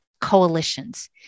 coalitions